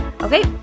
Okay